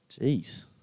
Jeez